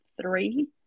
three